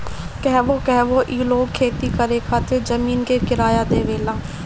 कहवो कहवो ई लोग खेती करे खातिर जमीन के किराया देवेला